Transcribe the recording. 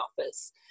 office